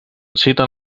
citen